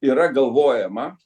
yra galvojama